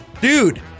Dude